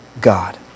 God